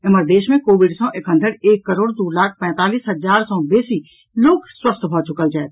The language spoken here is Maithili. एम्हर देश मे कोविड सँ एखनधरि एक करोड़ दू लाख पैंतालीस हजार सँ बेसी लोक स्वस्थ भऽ चुकल छथि